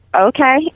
okay